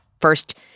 First